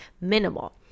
minimal